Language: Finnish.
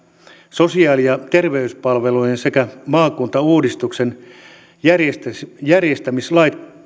sosiaali ja terveyspalvelujen sekä maakuntauudistuksen järjestämislait